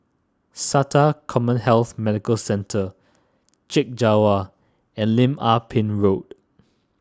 Sata CommHealth Medical Centre Chek Jawa and Lim Ah Pin Road